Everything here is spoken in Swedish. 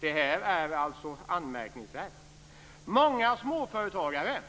Detta är alltså anmärkningsvärt. Många småföretagare